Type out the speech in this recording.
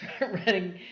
running